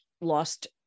lost